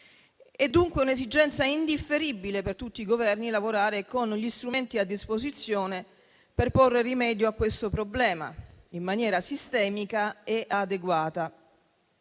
È dunque un'esigenza indifferibile per tutti i Governi lavorare con gli strumenti a disposizione per porre rimedio a questo problema in maniera sistemica e adeguata.